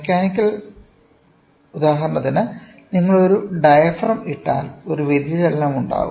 mechanical ഉദാഹരണത്തിന് നിങ്ങൾ ഒരു ഡയഫ്രം ഇട്ടാൽ ഒരു വ്യതിചലനം ഉണ്ടാകാം